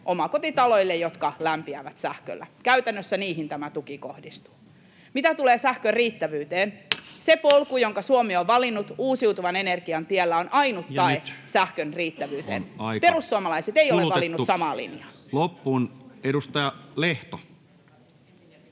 omakotitaloille, jotka lämpiävät sähköllä, käytännössä niihin tämä tuki kohdistuu. Mitä tulee sähkön riittävyyteen, se polku, jonka Suomi on valinnut uusiutuvan energian tiellä, on ainut tae [Puhemies: Ja nyt on aika kulutettu loppuun!] sähkön riittävyyteen. Perussuomalaiset ei ole valinnut samaa linjaa. Edustaja Lehto.